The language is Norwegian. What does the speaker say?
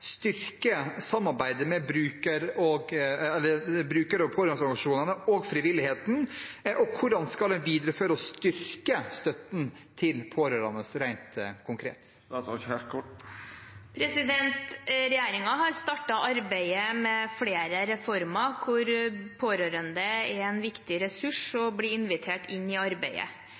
styrke samarbeidet med bruker- og pårørendeorganisasjonene og frivilligheten? Og hvordan skal en videreføre og styrke støtten til pårørende, rent konkret? Regjeringen har startet arbeidet med flere reformer hvor pårørende er en viktig ressurs og blir invitert inn i arbeidet.